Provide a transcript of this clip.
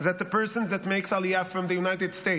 that the person that makes Aliyah from the United States,